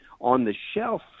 on-the-shelf